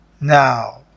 Now